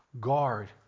guard